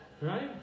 Right